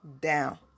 down